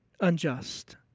unjust